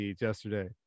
yesterday